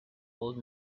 old